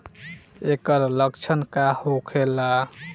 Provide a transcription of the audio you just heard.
ऐकर लक्षण का होखेला?